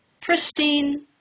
pristine